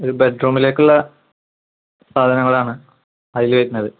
ഒരു ബെഡ് റൂമിലേക്കുള്ള സാധനങ്ങളാണ് അതിൽ വരുന്നത്